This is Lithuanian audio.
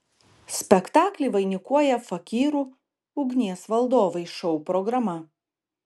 spektaklį vainikuoja fakyrų ugnies valdovai šou programa